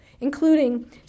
including